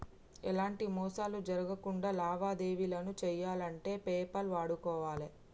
ఎలాంటి మోసాలు జరక్కుండా లావాదేవీలను చెయ్యాలంటే పేపాల్ వాడుకోవాలే